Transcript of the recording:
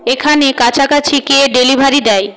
এখানে কাছাকাছি কে ডেলিভারি দেয়